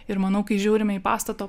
ir manau kai žiūrime į pastato